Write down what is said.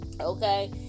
Okay